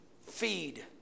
feed